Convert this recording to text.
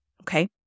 okay